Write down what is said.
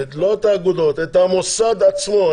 לא את האגודות, את המוסד עצמו.